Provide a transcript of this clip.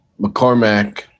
McCormack